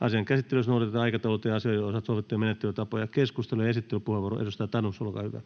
Asian käsittelyssä noudatetaan aikataulutettujen asioiden osalta sovittuja menettelytapoja. — Keskustelu, esittelypuheenvuoro, edustaja Tanus, olkaa hyvä.